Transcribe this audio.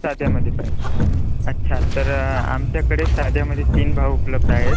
साध्यामधे पाहिजे अच्छा तर आमच्याकडे साध्यामधे तीन भाव उपलब्ध आहेत